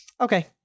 Okay